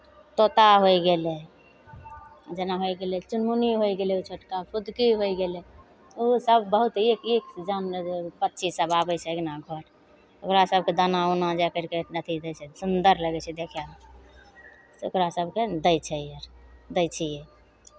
तोता होइ गेलै जेना होइ गेलै चुनमुनी होइ गेलै ओ छोटका फुदकी होइ गेलै ओसभ बहुत एक एक जानवर पक्षीसभ आबै छै अङ्गना घर ओकरा सभके दाना उना जाए करि कऽ अथि दै छै सुन्दर लगै छै देखयमे ओकरा सभके ने दै छै दै छियै